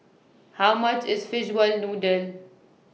How much IS Fishball Noodle